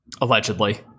Allegedly